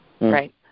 right